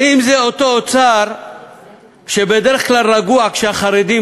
האם זה אותו אוצר שבדרך כלל רגוע כשהחרדים